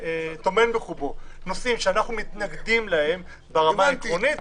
שטומן בחובו נושאים שאנחנו מתנגדים להם ברמה העקרונית,